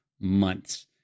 months